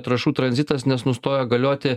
trąšų tranzitas nes nustojo galioti